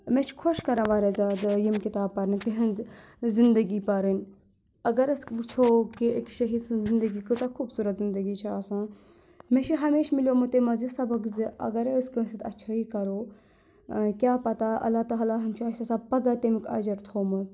مےٚ چھِ خۄش کَران واریاہ زیادٕ یِم کِتاب پَرنہِ تِہٕنٛز زِندَگی پَرٕنۍ اگر أسۍ وٕچھو کہِ أکِس شہیٖد سٕنٛز زِندگی کۭژاہ خوٗبصوٗرت زِندَگی چھِ آسان مےٚ چھِ ہمیشہِ مِلیٚومُت تمہِ منٛزٕ یہِ سبق زِ اگر أسۍ کٲنٛسہِ سۭتۍ اَچھٲیی کَرو کیٛاہ پَتاہ اللہ تعالیٰ ہَن چھُ اَسہِ آسان پَگاہ تَمیُٚک اَجِر تھومُت